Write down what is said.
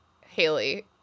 Haley